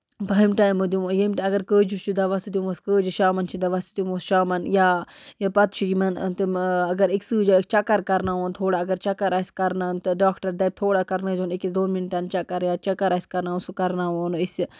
ہُمہِ ٹایمہٕ دِمو ییٚمہِ ٹایمہٕ اگر کٲجَس چھُ دَوا سُہ دِموس کٲجَس شامَن چھُ دوا سُہ دِموس شامَن یا یا پَتہٕ چھُ یِمَن تِم اَگر أکسٕے جایہِ چھ چَکَر کَرناون تھوڑا اگر چَکَر آسہِ کَرناوُن تہٕ ڈاکٹَر دَپہِ تھوڑا کَرنٲے زیوٚن أکِس دۄن مِنٹَن چَکَر یا چَکَر آسہِ کَرناوُن سُہ کَرناون أسۍ یہِ